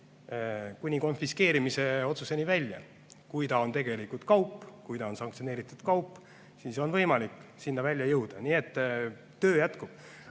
kuni konfiskeerimise otsuseni välja. Kui sõiduk on tegelikult kaup, kui ta on sanktsioneeritud kaup, siis on võimalik sinna välja jõuda. Nii et töö jätkub.